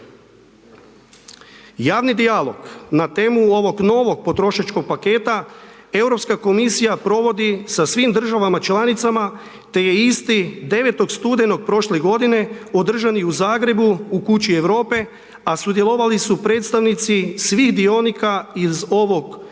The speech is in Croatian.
Javni dijalog na temu ovog novog potrošačkog paketa Europska komisija provodi sa svim državama članicama te je isti 9. studenog prošle godine održan i u Zagrebu u kući Europe, a sudjelovali su predstavnici svih dionika iz ovog